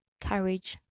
courage